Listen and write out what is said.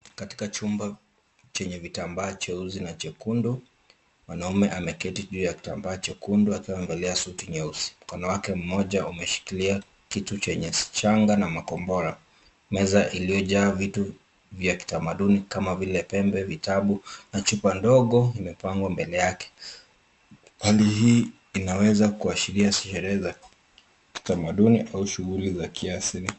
Katika chumba chenye vitambaa cheusi na chekundu, mwanamume ameketi juu ya kitambaa chekundu akiwa amevalia suti nyeusi, mkono wake mmoja ukiwa umeshikilia kitu chenye shanga na makobora. Meza iliyojaa vitu vya kitamanduni kama vile pembe, vitabu na chupa ndogo imepangwa mbele yake. Hali hii inaweza kuashiria sherehe za kitamaduni au shughuli za kiasili.